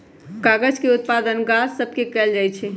कागज के उत्पादन गाछ सभ से कएल जाइ छइ